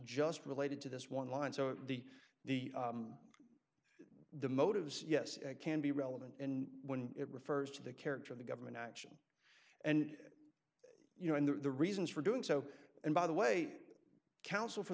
just related to this one line so the the the motives yes can be relevant when it refers to the character of the government action and you know in the reasons for doing so and by the way counsel for